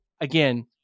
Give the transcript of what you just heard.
again